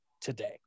today